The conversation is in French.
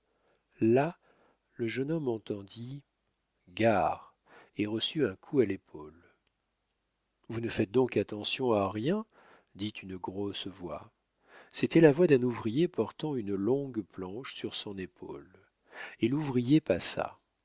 là le jeune homme entendit gare et reçut un coup à l'épaule vous ne faites donc attention à rien dit une grosse voix c'était la voix d'un ouvrier portant une longue planche sur son épaule et l'ouvrier passa